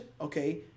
Okay